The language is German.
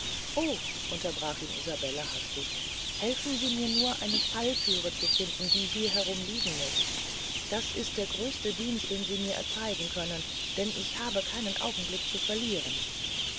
o unterbrach ihn isabelle hastig helfen sie mir nur eine fallthüre finden die hier herum liegen muß das ist der gröste dienst den sie mir erzeigen können denn ich habe keinen augenblick zu verlieren